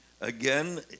again